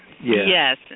Yes